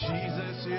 Jesus